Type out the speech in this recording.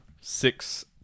Six